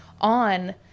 on